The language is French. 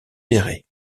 péray